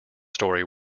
story